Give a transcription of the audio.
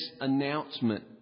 announcement